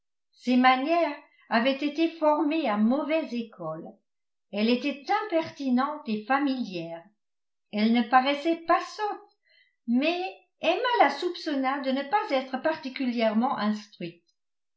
ses manières avaient été formées à mauvaise école elle était impertinente et familière elle ne paraissait pas sotte mais emma la soupçonna de ne pas être particulièrement instruite